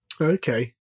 okay